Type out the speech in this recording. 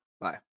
Bye